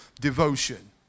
devotion